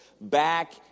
back